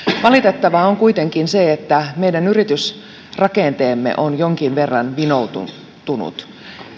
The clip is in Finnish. valitettavaa on kuitenkin se että meidän yritysrakenteemme on jonkin verran vinoutunut